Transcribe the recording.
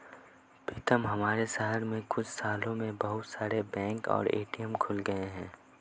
पीतम हमारे शहर में कुछ सालों में बहुत सारे बैंक और ए.टी.एम खुल गए हैं